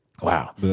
Wow